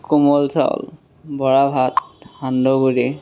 কোমল চাউল বৰা ভাত সান্দহ গুড়ি